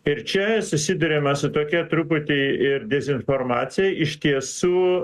ir čia susiduriame su tokia truputį ir dezinformacija iš tiesų